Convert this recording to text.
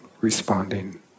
responding